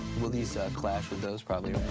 will these, ah, clash with those? probably,